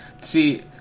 See